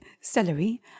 celery